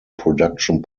production